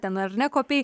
ten ar ne kopei